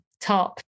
top